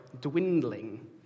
dwindling